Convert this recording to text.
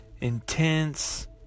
intense